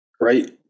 right